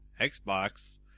Xbox